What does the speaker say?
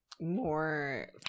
more